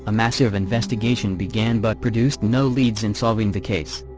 ah massive investigation began but produced no leads in solving the case.